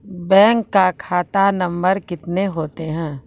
Bank का खाता number कितने होते हैं?